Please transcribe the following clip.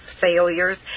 failures